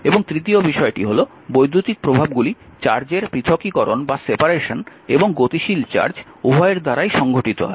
এবং তৃতীয় বিষয়টি হল বৈদ্যুতিক প্রভাবগুলি চার্জের পৃথকীকরণ এবং গতিশীল চার্জ উভয়ের দ্বারাই সংঘটিত হয়